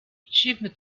dziwny